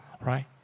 Right